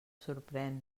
sorprèn